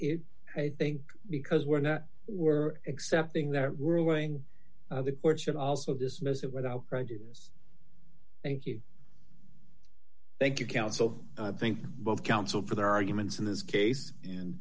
it i think because we're not we're accepting that ruling the court should also dismissed it without prejudice thank you thank you counsel think both counsel for the arguments in this case and